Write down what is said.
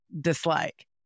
dislike